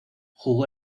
jugó